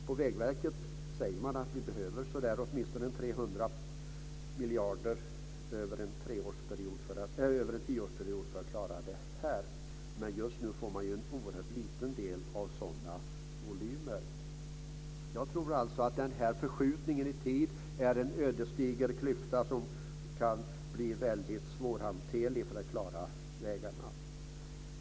På Vägverket säger man att man behöver åtminstone 300 miljoner över en tioårsperiod för att klara detta. Men just nu får man ju en oerhört liten del av dessa volymer. Jag tror alltså att denna förskjutning i tid är en ödesdiger klyfta som kan bli väldigt svårhanterlig för att klara vägarna.